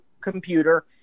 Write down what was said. computer